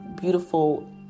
beautiful